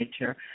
nature